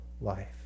life